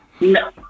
No